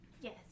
Yes